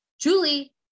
Julie